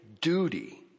duty